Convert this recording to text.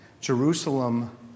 Jerusalem